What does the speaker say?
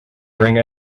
bring